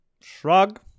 shrug